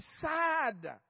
sad